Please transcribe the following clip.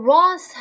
Ross